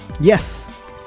Yes